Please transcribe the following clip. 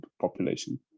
population